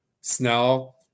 Snell